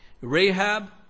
Rahab